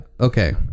Okay